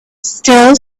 still